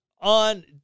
on